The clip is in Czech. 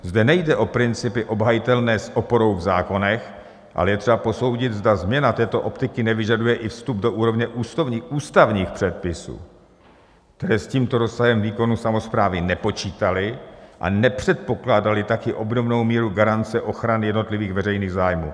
Zde nejde o principy obhajitelné s oporou v zákonech, ale je třeba posoudit, zda změna této optiky nevyžaduje i vstup do úrovně ústavních předpisů, které s tímto rozsahem výkonu samosprávy nepočítaly a nepředpokládaly také obdobnou míru garance ochrany jednotlivých veřejných zájmů.